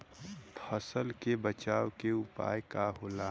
फसल के बचाव के उपाय का होला?